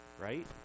Right